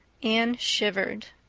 anne shivered.